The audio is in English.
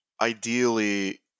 ideally